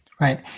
Right